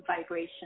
vibration